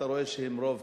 אתה רואה שהם רוב,